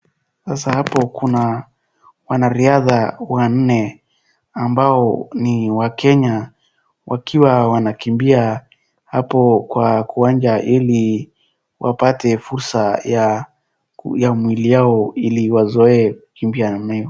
Sasa hapo kuna wanariadha wanne ambao ni wa Kenya wakiwa wanakiambia hapo kwa kiwanja ili wapate fursa ya mwili yao ili wapate kukimbia namna hiyo.